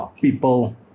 People